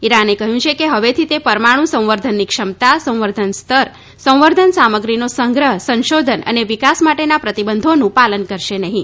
ઈરાને કહ્યું કે હવેથી તે પરમાણુ સંવર્ધનની ક્ષમતા સંવર્ધન સ્તર સંવર્ધન સામગ્રીનો સંગ્રહ સંશોધન અને વિકાસ માટેના પ્રતિબંધોનું પાલન કરશે નહીં